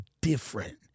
different